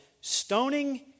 stoning